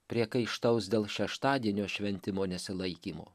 priekaištaus dėl šeštadienio šventimo nesilaikymo